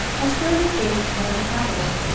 and turned his face toward the capital.